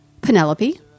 Penelope